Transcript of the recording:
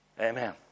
Amen